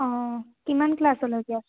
অঁ কিমান ক্লাছলৈ